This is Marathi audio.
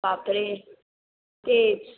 बापरे तेच